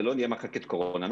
ולא נהיה מחלקת קורונה,